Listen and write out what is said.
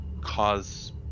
cause